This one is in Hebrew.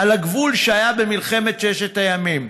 על הגבול שהיה במלחמת ששת הימים,